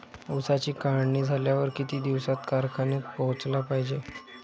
ऊसाची काढणी झाल्यावर किती दिवसात कारखान्यात पोहोचला पायजे?